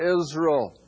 Israel